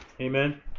amen